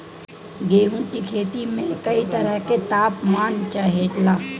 गेहू की खेती में कयी तरह के ताप मान चाहे ला